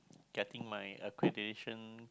getting my accreditation